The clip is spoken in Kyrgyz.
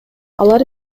алар